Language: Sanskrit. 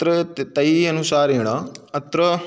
तत्र त् तैः अनुसारेण अत्र